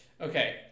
Okay